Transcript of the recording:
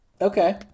Okay